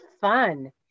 fun